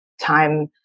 time